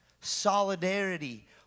Solidarity